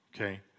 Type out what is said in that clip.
okay